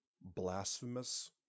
Blasphemous